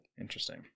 Interesting